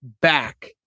back